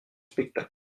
spectacle